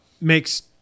makes